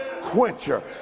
quencher